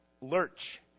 Lurch